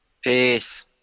Peace